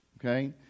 okay